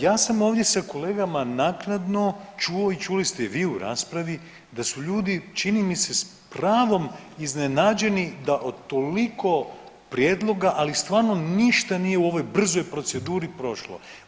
Ja sam ovdje sa kolegama naknadno čuo i čuli ste i vi u raspravi da su ljudi čini mi se s pravom iznenađeni da od toliko prijedloga, ali stvarno ništa nije u ovoj brzoj proceduri prošlo.